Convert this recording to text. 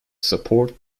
support